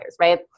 right